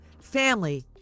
family